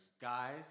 guys